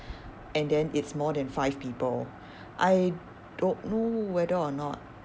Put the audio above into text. and then it's more than five people I don't know whether or not